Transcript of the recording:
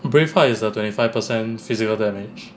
brave heart is the twenty five percent physical damage